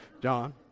John